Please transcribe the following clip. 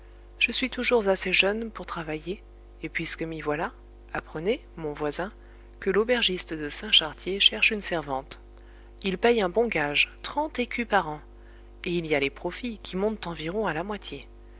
je suis toujours assez jeune pour travailler et puisque m'y voilà apprenez mon voisin que l'aubergiste de saint chartier cherche une servante il paye un bon gage trente écus par an et il y a les profits qui montent environ à la moitié